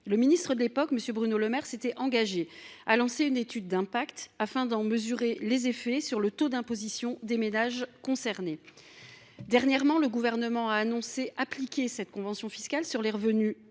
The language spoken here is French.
Le ministre de l’époque, M. Bruno Le Maire, s’était engagé à effectuer une étude d’impact afin de mesurer ses effets sur le taux d’imposition des ménages concernés. Dernièrement, le Gouvernement a annoncé appliquer les dispositions de la convention fiscale sur les revenus